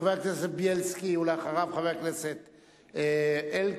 חבר הכנסת זאב בילסקי, ואחריו, חבר הכנסת אלקין.